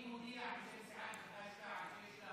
אני מודיע בשם סיעת חד"ש-תע"ל,